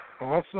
Awesome